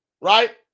right